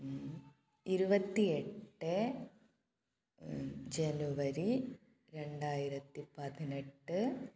ഇരുപത്തി എട്ട് ജനുവരി രണ്ടായിരത്തി പതിനെട്ട്